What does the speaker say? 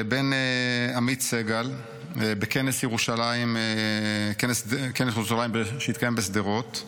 לבין עמית סגל בכנס ירושלים, שהתקיים בשדרות.